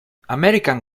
american